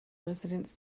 residents